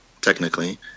technically